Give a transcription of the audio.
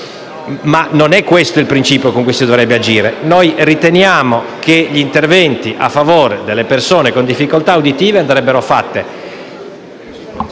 Ma non è questo il principio con cui si dovrebbe agire. Noi riteniamo che gli interventi a favore delle persone con difficoltà uditive andrebbero adottati